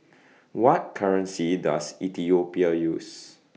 What currency Does Ethiopia use